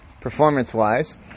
performance-wise